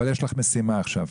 אבל יש לך משימה עכשיו,